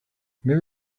maybe